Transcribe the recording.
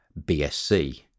BSC